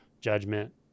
judgment